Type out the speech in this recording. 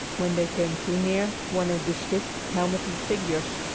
when they came too near one of the stiff, helmeted figures.